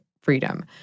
freedom